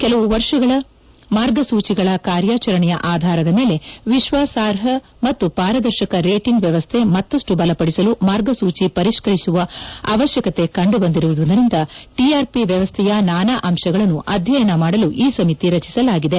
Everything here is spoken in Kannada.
ಕೆಲವು ವರ್ಷಗಳ ಮಾರ್ಗಸೂಚಿಗಳ ಕಾರ್ಯಾಚರಣೆಯ ಆಧಾರದ ಮೇಲೆ ವಿಶ್ವಾಸಾರ್ಹ ಮತ್ತು ಪಾರದರ್ಶಕ ರೇಟಿಂಗ್ ವ್ಯವಸ್ತೆ ಮತ್ತಷ್ಟು ಬಲಪದಿಸಲು ಮಾರ್ಗಸೂಚಿ ಪರಿಷ್ಕರಿಸುವ ಅವಶ್ಯಕತೆ ಕಂಡುಬಂದಿರುವುದರಿಂದ ಟಿಆರ್ಪಿ ವ್ಯವಸ್ಥೆಯ ನಾನಾ ಅಂಶಗಳನ್ನು ಅಧ್ಯಯನ ಮಾಡಲು ಈ ಸಮಿತಿ ರಚಿಸಲಾಗಿದೆ